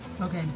Okay